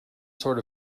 sort